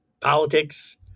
politics